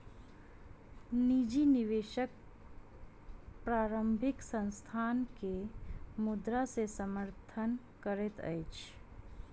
निजी निवेशक प्रारंभिक संस्थान के मुद्रा से समर्थन करैत अछि